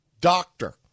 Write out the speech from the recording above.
doctor